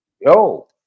yo